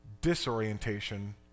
disorientation